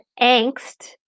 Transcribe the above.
angst